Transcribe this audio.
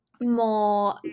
more